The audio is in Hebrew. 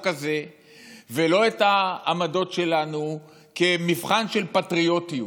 הזה ולא את העמדות שלנו כמבחן של פטריוטיות.